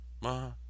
ma